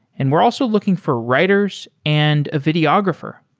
and we're also looking for writers and a videographer.